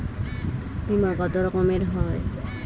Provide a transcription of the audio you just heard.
বিমা কত রকমের হয়?